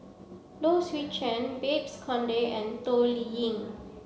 Low Swee Chen Babes Conde and Toh Liying